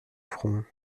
front